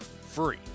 free